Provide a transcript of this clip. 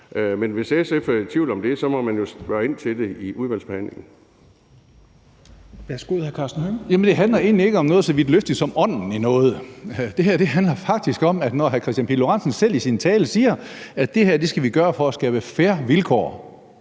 Helveg Petersen): Værsgo, hr. Karsten Hønge. Kl. 16:43 Karsten Hønge (SF): Det handler egentlig ikke om noget så vidtløftigt som ånden i noget. Det her handler faktisk om, at hr. Kristian Pihl Lorentzen selv i sin tale siger, at det her skal vi gøre for at skabe fair vilkår.